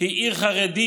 היא עיר חרדית,